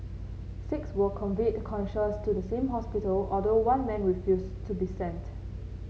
six were conveyed conscious to the same hospital although one man refused to be sent